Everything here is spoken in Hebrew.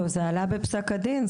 לא, זה עלה בפסק הדין.